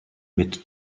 mit